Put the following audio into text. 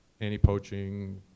anti-poaching